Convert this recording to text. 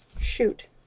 Shoot